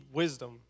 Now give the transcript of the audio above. wisdom